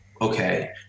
Okay